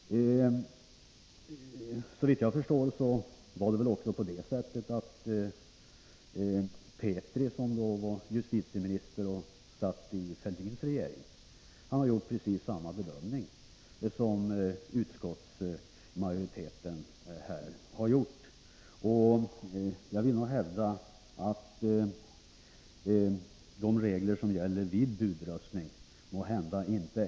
Herr talman! Utskottsmajoriteten anser inte att man med den skärpning av vallagens 11 kap. 3 § som föreslagits i reservation 1 löser några egentliga problem. Osann försäkran och osant intygande vid budröstning kan naturligvis ske ändå. Sådant kan man knappast lagstifta bort. Det är min övertygelse att de problemen löses bättre genom en ökad information och kontroll. Såvitt jag förstår har Carl-Axel Petri, som var justitieminister i Fälldins regering, gjort precis samma bedömning som utskottsmajoriteten.